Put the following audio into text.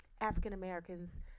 African-Americans